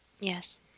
Yes